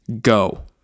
go